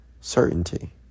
Certainty